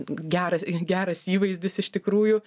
geras geras įvaizdis iš tikrųjų